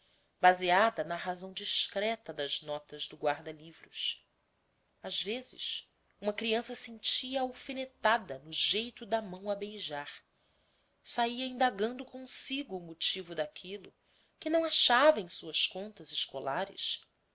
baseadas na razão discreta das notas do guarda-livros às vezes uma criança sentia a alfinetada no jeito da mão a beijar sala indagando consigo o motivo daquilo que não achava em suas contas escolares